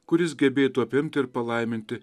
kuris gebėtų apimti ir palaiminti